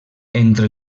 entre